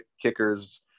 kickers